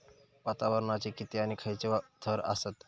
वातावरणाचे किती आणि खैयचे थर आसत?